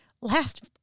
last